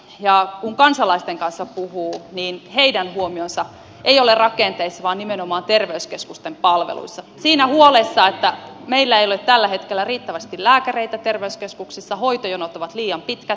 kun kansalaisten kanssa puhuu niin heidän huomionsa ei ole rakenteissa vaan nimenomaan terveyskeskusten palveluissa siinä huolessa että meillä ei ole tällä hetkellä riittävästi lääkäreitä terveyskeskuksissa hoitojonot ovat liian pitkät